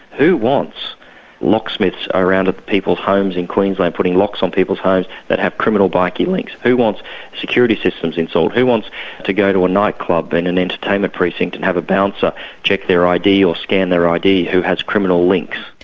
who wants locksmiths around people's homes in queensland putting locks on people's homes that have criminal bikie links? who wants security systems installed, who wants to go to a nightclub in an entertainment precinct and have a bouncer check their id or scan their id who has criminal links?